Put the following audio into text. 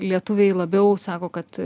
lietuviai labiau sako kad